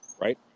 right